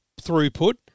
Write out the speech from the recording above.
throughput